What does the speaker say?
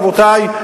רבותי,